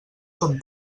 són